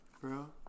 Bro